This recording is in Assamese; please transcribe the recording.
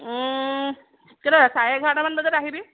চাৰে এঘাৰটামান বজাত আহিবি